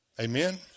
Amen